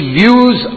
views